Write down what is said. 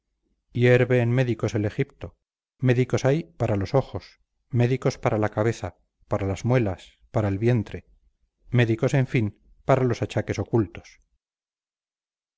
en médicos el egipto médicos hay para los ojos médicos para la cabeza para las muelas para el vientre médicos en fin para los achaques ocultos